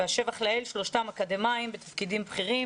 והשבח לאל, שלושתם אקדמאיים בתפקידים בכירים.